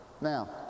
Now